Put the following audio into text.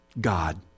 God